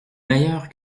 meilleurs